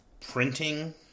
printing